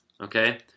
Okay